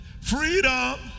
freedom